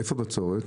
איפה בצורת?